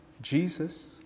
Jesus